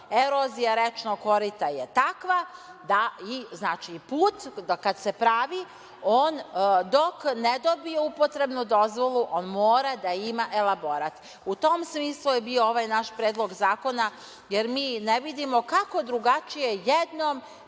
Erozija rečnog korita je takva da i put kad se pravi, dok ne dobije upotrebnu dozvolu, on mora da ima elaborat.U tom smislu je bio ovaj naš predlog zakona, jer mi ne vidimo kako drugačije jednom,